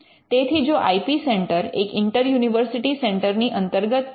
તેથી જો I P centre એક ઇન્ટર યુનિવર્સિટિ સેન્ટર ની અંતર્ગત આવે